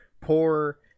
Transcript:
poor